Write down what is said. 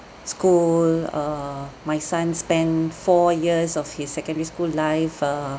school err my son spend four years of his secondary school life err